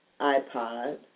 iPod